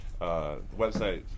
Website